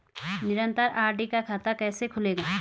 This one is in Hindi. निरन्तर आर.डी का खाता कैसे खुलेगा?